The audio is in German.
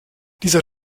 dieser